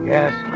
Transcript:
Yes